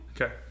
Okay